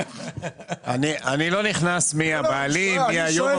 אני לא נכנס למי הבעלים ומי היו הבעלים.